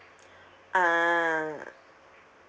ah